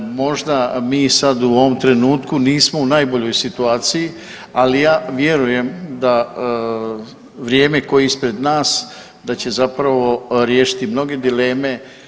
Možda mi sada u ovom trenutku nismo u najboljoj situaciji, ali ja vjerujem da vrijeme koje je ispred nas, da će zapravo riješiti mnoge dileme.